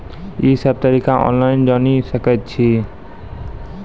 ई सब तरीका ऑनलाइन जानि सकैत छी?